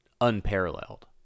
unparalleled